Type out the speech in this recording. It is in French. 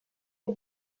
les